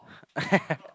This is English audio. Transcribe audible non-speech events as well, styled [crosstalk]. [laughs]